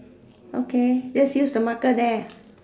okay just use the marker there